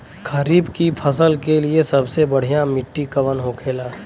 खरीफ की फसल के लिए सबसे बढ़ियां मिट्टी कवन होखेला?